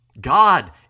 God